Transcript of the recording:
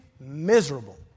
miserable